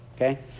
okay